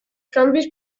canvis